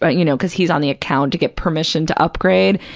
but you know, because he's on the account, to get permission to upgrade,